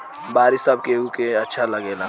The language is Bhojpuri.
बारिश सब केहू के अच्छा लागेला